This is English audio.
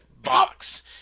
Box